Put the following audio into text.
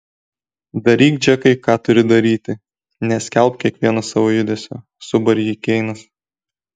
daryk džekai ką turi daryti neskelbk kiekvieno savo judesio subarė jį keinas